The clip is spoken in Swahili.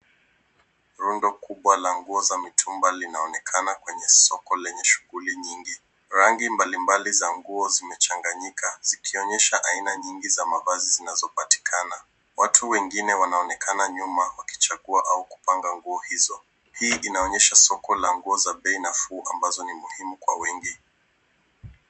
Rundo kubwa la nguo za mtumba linaonekana kwenye soko lenye shughuli nyingi. Rangi mbalimbali za nguo zimechanganyika zikionyesha aina nyingi za mavazi zinazo patikana. Watu wengine wanaonekana 'nyuma walichagua au kupanga nguo hizo. Hii inaonyesha soko la nguo za bei nafuu ambazo ni muhimu kwa wengi.